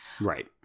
Right